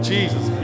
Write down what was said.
Jesus